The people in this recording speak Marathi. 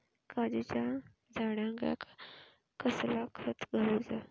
काजूच्या झाडांका कसला खत घालूचा?